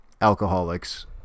alcoholics